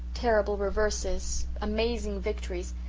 terrible reverses, amazing victories,